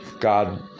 God